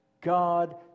God